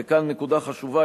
וכאן נקודה חשובה,